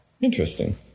interesting